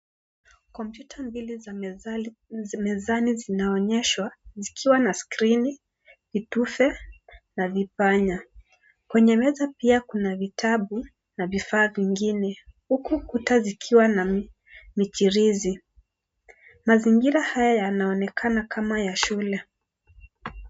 Kompyuta mbili za mezani zinaonyeshwa zikiwa na skrini, vitufe na vipanya. Kwenye meza pia kuna vitabu na vifaa vingine huku kuta zikiwa na michirizi. mazingira haya yanaonekana kama ya shule.